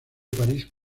parís